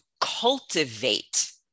cultivate